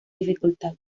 dificultad